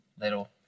little